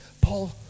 Paul